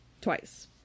twice